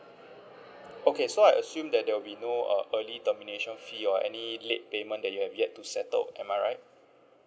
okay so I assume that there will be no uh early termination fee or any late payment that you have yet to settle am I right